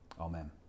Amen